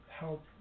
help